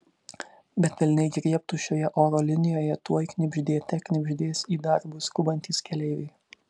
bet velniai griebtų šioje oro linijoje tuoj knibždėte knibždės į darbus skubantys keleiviai